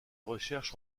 recherches